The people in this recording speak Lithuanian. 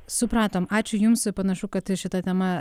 supratom ačiū jums panašu kad šita tema